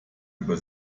über